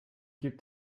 gibt